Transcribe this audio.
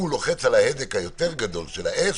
לוחץ על ההדק היותר גדול של ה-10,000,